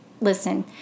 listen